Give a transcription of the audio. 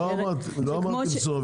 לא אמרתי מסורבים,